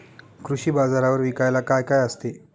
कृषी बाजारावर विकायला काय काय असते?